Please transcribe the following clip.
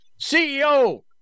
CEO